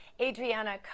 Adriana